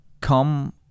come